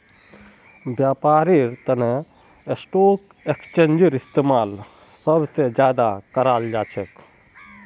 व्यापारेर तना स्टाक एक्स्चेंजेर इस्तेमाल सब स ज्यादा कराल जा छेक